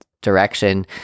direction